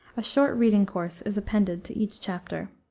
a short reading course is appended to each chapter.